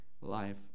life